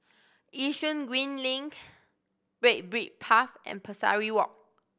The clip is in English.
Yishun Green Link Red Brick Path and Pesari Walk